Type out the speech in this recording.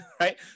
right